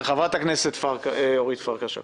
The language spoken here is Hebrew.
חברת כנסת אורית פרקש הכהן.